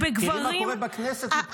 תראי מה קורה בכנסת מבחינת עובדים חרדים.